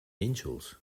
nínxols